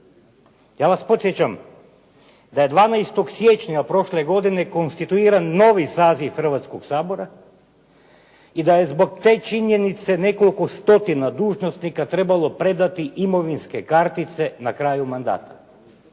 Ja vas podsjećam da je 12. siječnja prošle godine konstituiran novi saziv Hrvatskog sabora i da je zbog te činjenice nekoliko stotina dužnosnika trebalo predati imovinske kartice na kraju mandata.